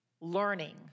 learning